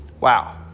Wow